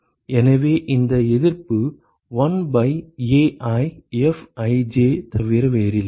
எனவே இந்த எதிர்ப்பு 1 பை AiFij தவிர வேறில்லை